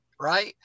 right